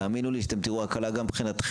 תאמינו לי שאתם תראו הקלה גם מבחינתכם,